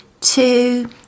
two